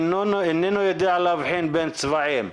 איננו יודע להבחין בין צבעים.